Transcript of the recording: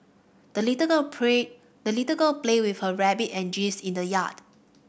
the little girl pray the little girl played with her rabbit and geese in the yard